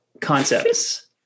concepts